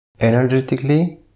energetically